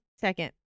Second